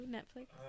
Netflix